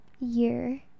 year